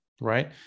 right